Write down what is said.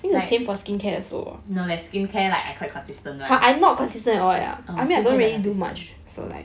no leh skin care like I quite consistent [one] um yeah